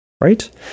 right